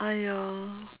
!aiyo!